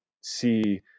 see